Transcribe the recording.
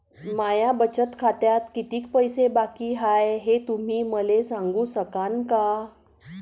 माया बचत खात्यात कितीक पैसे बाकी हाय, हे तुम्ही मले सांगू सकानं का?